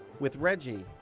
with reggie,